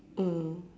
mm